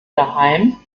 daheim